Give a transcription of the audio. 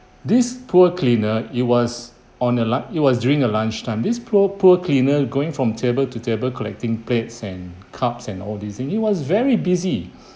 this poor cleaner it was on a lun~ it was during a lunchtime this poor poor cleaner going from table to table collecting plates and cups and all these things he was very busy